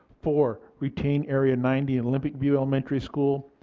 four. retain area ninety in olympic view elementary school.